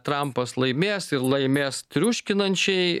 trampas laimės ir laimės triuškinančiai